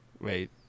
Wait